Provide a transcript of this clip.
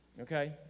Okay